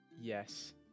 Yes